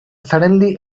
suddenly